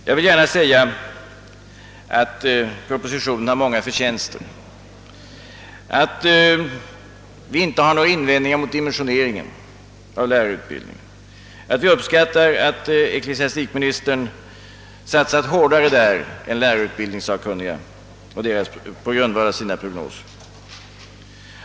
Jag vill gärna erkänna att propositionen har många förtjänster, att vi inte har några invändningar mot dimensioneringen av lärarutbildningen och att vi uppskattar att ecklesiastikministern satsat hårdare på denna än lärarutbild ningssakkunniga föreslog på grundval av sina prognoser.